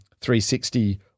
360